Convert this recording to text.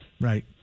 Right